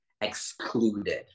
excluded